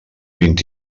vint